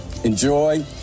Enjoy